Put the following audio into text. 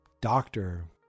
doctor